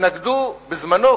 התנגדו בזמנו,